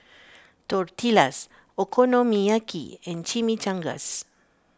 Tortillas Okonomiyaki and Chimichangas